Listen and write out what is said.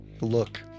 look